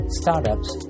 startups